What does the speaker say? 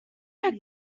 had